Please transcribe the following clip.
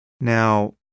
Now